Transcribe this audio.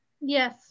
Yes